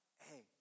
hey